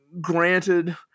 Granted